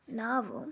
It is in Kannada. ನಾವು